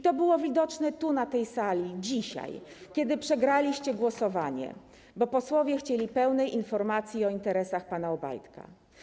To było widoczne tu, na tej sali dzisiaj, kiedy przegraliście głosowanie, bo posłowie chcieli pełnej informacji o interesach pana Obajtka.